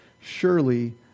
surely